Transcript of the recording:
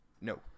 No